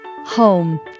Home